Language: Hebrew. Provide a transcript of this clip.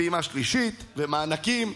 בפעימה ראשונה,